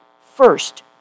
first